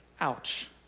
Ouch